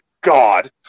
God